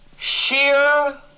Sheer